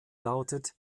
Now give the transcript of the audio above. lautet